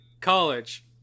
college